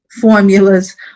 formulas